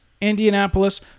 Indianapolis